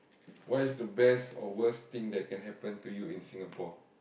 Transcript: what is the best or worse thing that can happen to you in Singapore